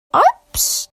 oops